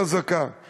חזקה הרבה יותר.